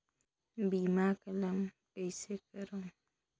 बीमा क्लेम कइसे करों?